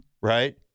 right